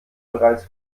bereits